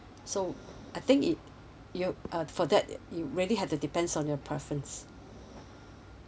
so I think it you uh for that you really have to depends on your preference